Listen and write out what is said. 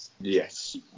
yes